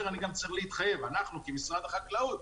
אני גם צריך להתחייב כנציג משרד החקלאות.